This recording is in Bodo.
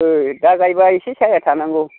औ दा गायोबा एसे साया थानांगौ